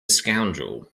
scoundrel